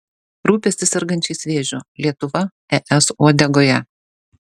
rūpestis sergančiais vėžiu lietuva es uodegoje